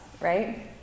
right